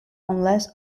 unless